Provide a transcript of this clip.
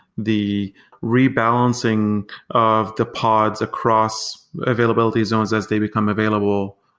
the rebalancing of the pods across availability zones as they become available.